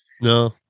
No